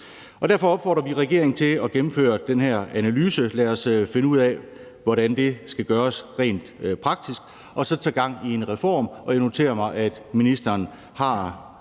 Derfor opfordrer vi regeringen til at gennemføre den her analyse. Lad os finde ud af, hvordan det skal gøres rent praktisk, og så sætte gang i en reform. Og jeg noterer mig, at ministeren næsten